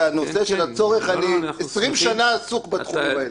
ובנושא של הצורך - אני 20 שנה עסוק בתחום הזה.